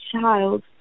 child